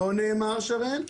לא נאמר, שרן.